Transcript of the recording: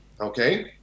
Okay